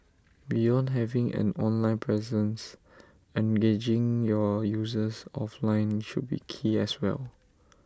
beyond having an online presence engaging your users offline should be key as well